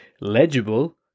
legible